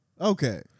Okay